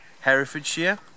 Herefordshire